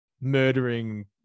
murdering